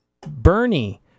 Bernie